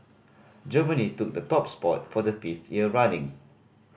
Germany took the top spot for the fifth year running